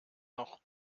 noch